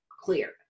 clear